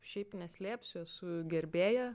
šiaip neslėpsiu esu gerbėja